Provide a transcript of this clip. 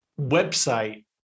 website